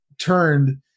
turned